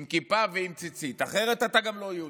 עם כיפה ועם ציצית, אחרת אתה גם לא יהודי.